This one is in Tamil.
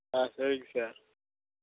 ஆ சரிங்க சார்